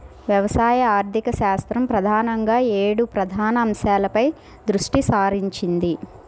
వ్యవసాయ ఆర్థికశాస్త్రం ప్రధానంగా ఏడు ప్రధాన అంశాలపై దృష్టి సారించింది